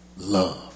love